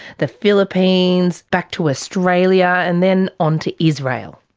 the philippines, back to australia, and then on to israel.